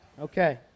Okay